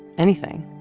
anything.